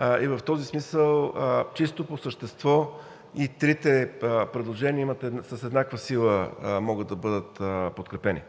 В този смисъл чисто по същество и трите предложения с еднаква сила могат да бъдат подкрепени.